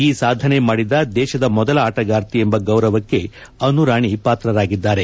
ಈ ಸಾಧನೆ ಮಾಡಿದ ದೇಶದ ಮೊದಲ ಆಟಗಾರ್ತಿ ಎಂಬ ಗೌರವಕ್ಕೆ ಅನು ರಾಣಿ ಪಾತ್ರರಾಗಿದ್ದಾರೆ